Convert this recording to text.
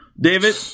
David